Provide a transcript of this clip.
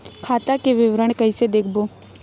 खाता के विवरण कइसे देखबो?